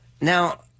Now